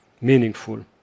meaningful